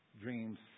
dreams